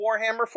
Warhammer